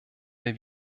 wir